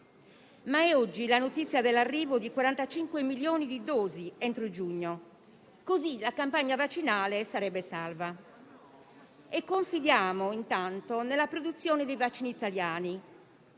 Ma è di oggi la notizia dell'arrivo di 45 milioni di dosi entro giugno: così la campagna vaccinale sarebbe salva. Confidiamo intanto nella produzione dei vaccini italiani